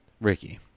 Ricky